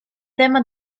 tema